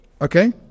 Okay